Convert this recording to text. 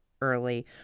early